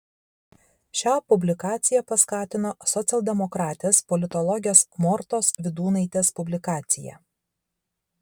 šią publikaciją paskatino socialdemokratės politologės mortos vydūnaitės publikacija